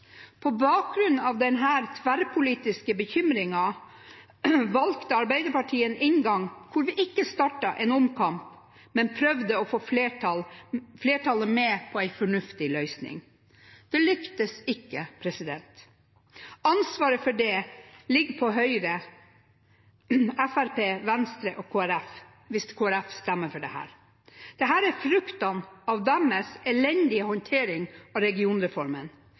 På bakgrunn av denne tverrpolitiske bekymringen valgte Arbeiderpartiet en inngang hvor vi ikke startet en omkamp, men prøvde å få flertallet med på en fornuftig løsning. Det lyktes ikke. Ansvaret for det ligger på Høyre, Fremskrittspartiet, Venstre og Kristelig Folkeparti, hvis Kristelig Folkeparti stemmer for dette. Dette er fruktene av deres elendige håndtering av regionreformen.